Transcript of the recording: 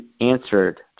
answered